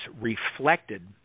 reflected